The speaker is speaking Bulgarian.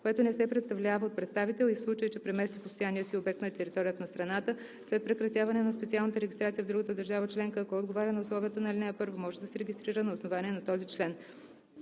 което не се представлява от представител, и в случай че премести постоянния си обект на територията на страната, след прекратяване на специалната регистрация в другата държава членка, ако отговаря на условията на ал. 1, може да се регистрира на основание на този член.